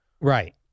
Right